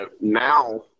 now